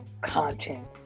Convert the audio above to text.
content